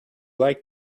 like